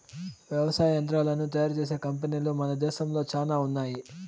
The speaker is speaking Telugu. వ్యవసాయ యంత్రాలను తయారు చేసే కంపెనీలు మన దేశంలో చానా ఉన్నాయి